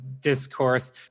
discourse